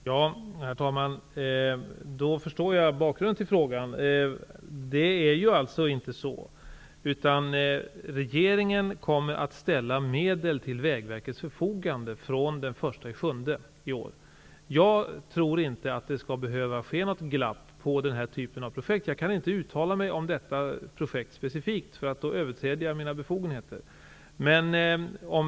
Herr talman! Nu förstår jag bakgrunden till frågan. Men det förhåller sig så, att regeringen kommer att ställa medel till Vägverkets förfogande från den 1 juli i år. Jag tror inte att det skall behöva bli något glapp när det gäller den här typen av projekt. Men jag kan inte uttala mig om detta projekt specifikt, för då skulle jag överträda mina befogenheter.